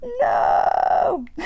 no